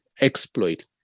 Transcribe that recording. exploit